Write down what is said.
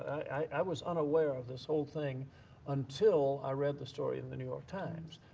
i was unaware of this whole thing until i read the story in the new york times.